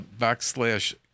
backslash